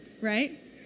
right